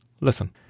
listen